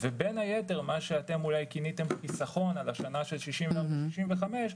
בין היתר מה שאתם כיניתם אולי חיסכון על השנה שבין 64 ל-65,